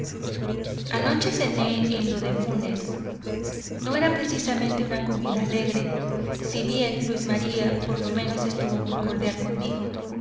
anoche cené en lo de funes no era precisamente una comida alegre si bien luis maría por lo menos estuvo muy cordial conmigo